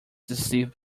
deceived